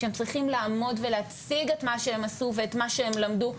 שהם צריכים לעמוד ולהציג את מה שהם עשו ואת מה שהם למדו,